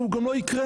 שהוא גם לא יקרה,